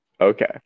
Okay